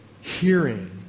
hearing